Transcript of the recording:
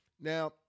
Now